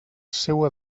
seua